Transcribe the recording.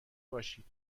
باشید